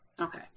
okay